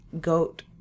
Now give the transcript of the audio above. goat